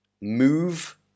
Move